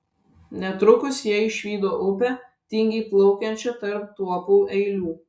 netrukus jie išvydo upę tingiai plaukiančią tarp tuopų eilių